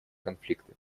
конфликты